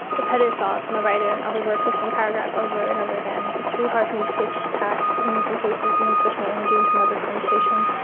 repetitive thoughts. i'm a writer and i'll rework the same paragraph over and over again it's hard for me to switch tasks in some cases, even switch my energy into another conversation.